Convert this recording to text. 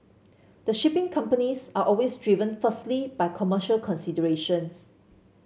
the shipping companies are always driven firstly by commercial considerations